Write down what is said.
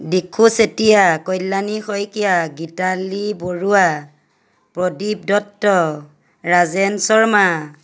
Dikshu Chetia Kalyani Saikia Gitali Baruah Pradip Dutta Rajen Sharma